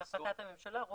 על החלטת הממשלה?